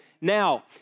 Now